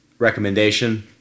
Recommendation